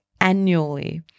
annually